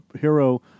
hero